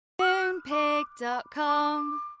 Moonpig.com